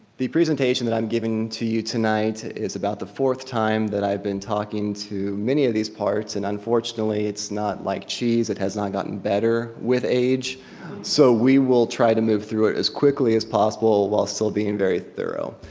the presentation that i'm giving to you tonight is about the fourth time that i've been talking to many of these parts and unfortunately it's not like cheese, it has not gotten better with age so we will try to move through it as quickly as possible while still being very thorough.